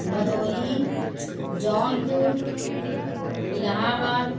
Bhadohi Jaunpur Allahabad